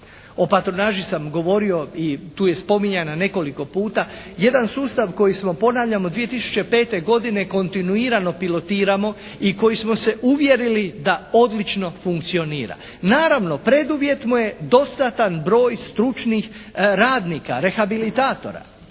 O patronaži sam govorio i tu je spominjana nekoliko puta. Jedan sustav koji smo ponavljamo 2005. godine kontinuirano pilotiramo i koji smo se uvjerili da odlično funkcionira. Naravno preduvjet mu je dostatan broj stručnih radnika, rehabilitatora